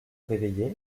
réveillé